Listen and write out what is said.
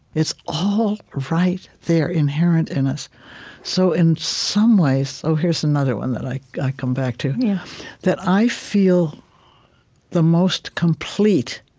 it's all right there, inherent in us so in some ways oh, here's another one that i i come back to yeah that i feel the most complete